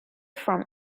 from